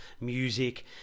music